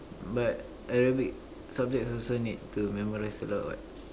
but Arabic subjects also need to memorize a lot what